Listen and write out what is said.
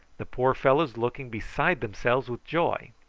the poor fellows looking beside themselves with joy.